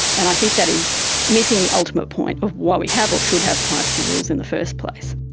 and i think that is missing the ultimate point of why we have or should have privacy rules in the first place.